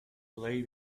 play